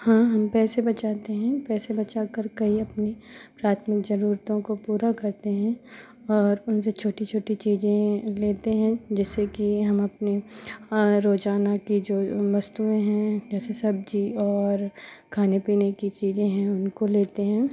हाँ हम पैसे बचाते हैं पैसे बचा कर कई अपनी प्राथमिक ज़रूरतों को पूरा करते हैं और उनसे छोटी छोटी चीज़ें लेते हैं जिससे कि हम अपने रोज़ाना के जो वस्तुएँ हैं जैसे सब्ज़ी और खाने पीने की चीज़ें हैं उनको लेते हैं